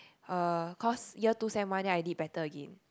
uh cause year two sem one then I did better again